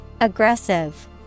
Aggressive